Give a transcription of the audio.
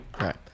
right